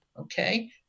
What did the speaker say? okay